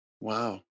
Wow